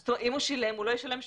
אם הוא שילם, הוא לא ישלם שוב.